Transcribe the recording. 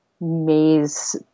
maze